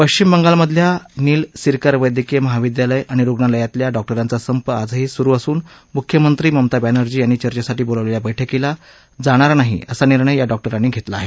पश्चिम बंगालमधल्या नील सिरकार वैद्यकीय महाविद्यालय आणि रुगणालयातल्या डॉक्टरांचा संप आजही सुरु असून मुख्यमंत्री ममता बॅनर्जी यांनी चर्चेसाठी बोलावलेल्या बैठकीला जाणार नाही असा निर्णय या डॉक्टरांनी घेतला आहे